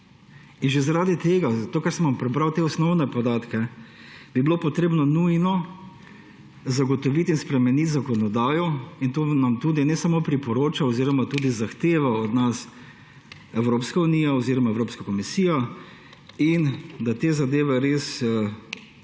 Že zaradi tega, kar sem vam prebral, zaradi teh osnovnih podatkov bi bilo potrebno nujno zagotoviti in spremeniti zakonodajo. To nam tudi ne samo priporoča oziroma tudi zahteva od nas Evropska unija oziroma Evropska komisija in da te zadeve res